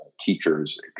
teachers